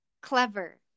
Clever